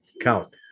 count